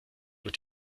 wird